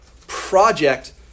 project